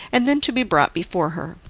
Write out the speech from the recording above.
and then to be brought before her.